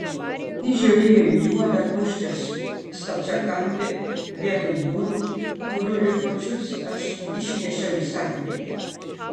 ji žiūrėjo į juodą tuščią stačiakampį vietoj durų kurių likučius aš išnešiau į sandėlį